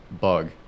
bug